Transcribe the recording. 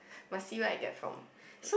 must see where I get from